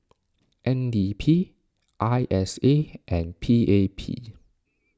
N D P I S A and P A P